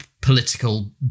political